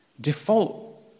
default